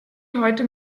heute